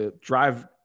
drive